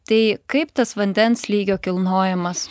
tai kaip tas vandens lygio kilnojamas